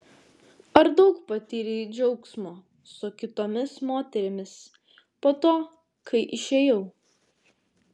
ar daug patyrei džiaugsmo su kitomis moterimis po to kai išėjau